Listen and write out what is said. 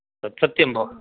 तत्सत्यं भोः